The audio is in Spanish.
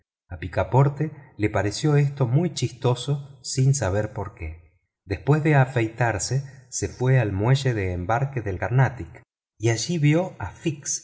a picaporte le pareció esto muy chistoso sin saber por qué después de afeitarse se fue al muelle de embarque del carnatic y allí vio a fix